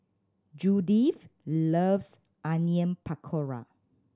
Judith loves Onion Pakora